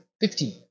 Fifteen